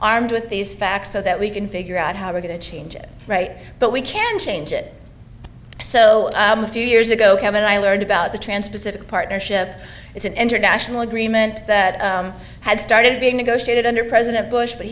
armed with these facts so that we can figure out how we're going to change it right but we can't change it so a few years ago when i learned about the trans pacific partnership it's an international agreement that had started being negotiated under president bush but